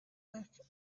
back